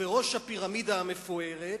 ובראש הפירמידה המפוארת,